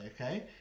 okay